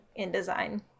InDesign